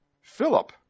Philip